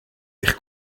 eich